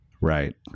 right